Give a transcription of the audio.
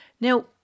Now